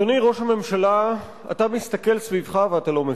אדוני ראש הממשלה, אתה מסתכל סביבך ואתה לא מבין: